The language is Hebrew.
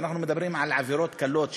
ואנחנו מדברים על עבירות קלות,